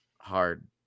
hard